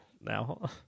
now